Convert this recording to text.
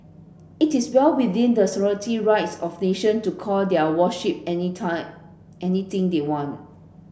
it is well within the sovereign rights of nation to call their warship anytime anything they want